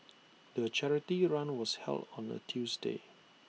the charity run was held on A Tuesday